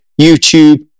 YouTube